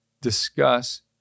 discuss